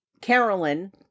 Carolyn